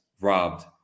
robbed